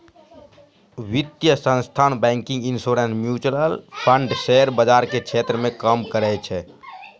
वित्तीय संस्थान banking insurance mutual fund share बाजार के क्षेत्र मे काम करै छै